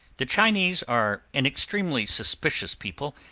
the chinese are an extremely superstitious people,